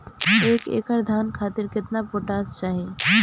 एक एकड़ धान खातिर केतना पोटाश चाही?